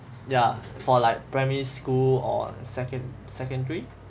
ya for like primary school or secondary secondary